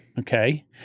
Okay